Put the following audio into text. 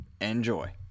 Enjoy